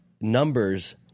numbers